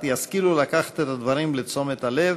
ישכילו לקחת את הדברים לתשומת הלב,